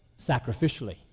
sacrificially